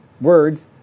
words